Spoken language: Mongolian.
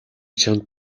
чамд